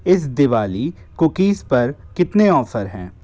इस दिवाली कुकीज़ पर कितने ऑफ़र हैं